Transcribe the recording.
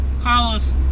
Carlos